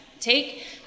take